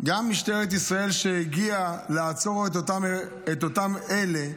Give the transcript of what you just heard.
גם משטרת ישראל שהגיעה לעצור את אותם אלה,